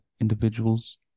individuals